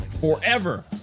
forever